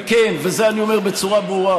וכן, ואת זה אני אומר בצורה ברורה: